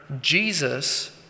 Jesus